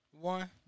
One